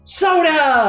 soda